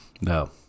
No